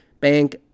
Bank